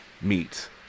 meet